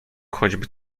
choćby